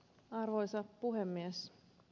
arvoisa puhemies